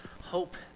Hope